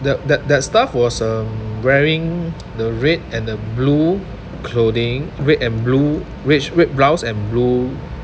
the that that staff was um wearing the red and the blue clothing red and blue which red blouse and blue